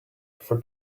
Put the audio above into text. for